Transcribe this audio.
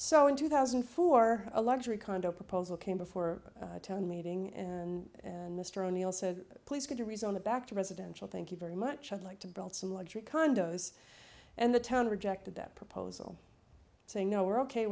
so in two thousand and four a luxury condo proposal came before town meeting and and mr o'neill said please get to rezone the back to residential thank you very much i'd like to build some luxury condos and the town rejected that proposal saying no we're ok